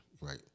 right